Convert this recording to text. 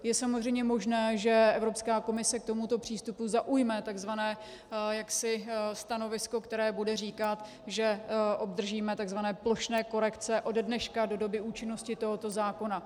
Je samozřejmě možné, že Evropská komise k tomuto přístupu zaujme takzvané stanovisko, které bude říkat, že obdržíme takzvané plošné korekce ode dneška do doby účinnosti tohoto zákona.